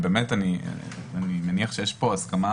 ובאמת אני מניח שיש כאן הסכמה